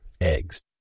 eggs